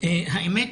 האמת